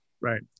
Right